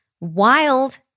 wild